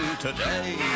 today